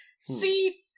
See